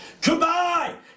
Goodbye